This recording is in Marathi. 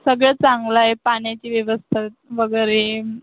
सगळं चांगलं आहे पाण्याची व्यवस्था वगैरे